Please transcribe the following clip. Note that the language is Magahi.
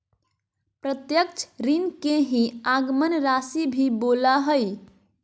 प्रत्यक्ष ऋण के ही आगमन राशी भी बोला हइ